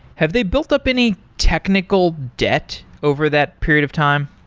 have they built up any technical debt over that period of time?